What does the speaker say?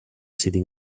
sitting